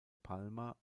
palma